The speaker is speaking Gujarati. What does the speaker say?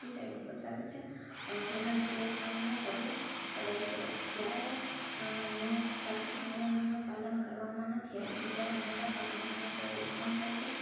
ખોટી સાઇડ ઉપર ચાલે છે અને જેના લીધે એ સામનો કરવો પડે છે જ્યારે ટ્રાફિક નિયમોનું પાલન કરવામાં નથી આવતું ત્યારે મોટાભાગની સમસ્યાઓ ઉત્પન્ન થાય છે